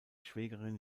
schwägerin